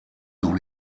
dans